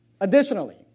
Additionally